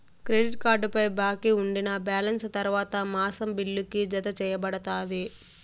credit కార్డుపై బాకీ ఉండినా బాలెన్స్ తర్వాత మాసం బిల్లుకి, జతచేయబడతాది